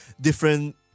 different